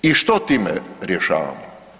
I što time rješavamo?